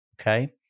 Okay